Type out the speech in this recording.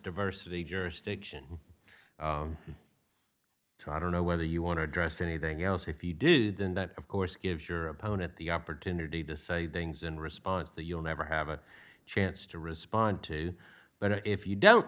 diversity jurisdiction so i don't know whether you want to address anything else if you did then that of course gives your opponent the opportunity to say then is in response to you'll never have a chance to respond to but if you don't